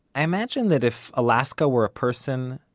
i imagine that if alaska were a person,